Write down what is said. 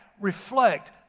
reflect